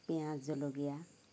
পিঁয়াজ জলকীয়া